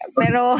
pero